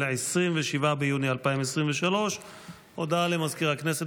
27 ביוני 2023. הודעה למזכיר הכנסת,